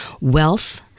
wealth